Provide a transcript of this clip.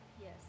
Yes